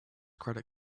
credit